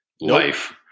life